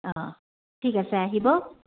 অঁ ঠিক আছে আহিব